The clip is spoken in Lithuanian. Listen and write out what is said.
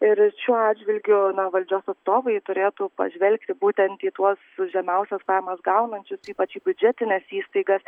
ir šiuo atžvilgiu na valdžios atstovai turėtų pažvelgti būtent į tuos su žemiausias pajamas gaunančius ypač į biudžetines įstaigas